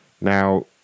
Now